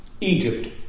Egypt